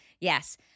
Yes